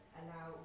allow